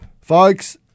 folks